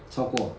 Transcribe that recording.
超过